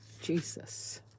Jesus